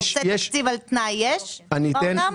שעושה תקציב על תנאי יש בעולם?